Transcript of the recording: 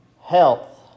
Health